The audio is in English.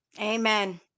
amen